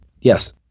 yes